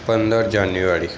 પંદર જાન્યુયારી